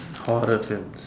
horror films